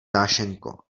dášeňko